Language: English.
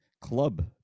club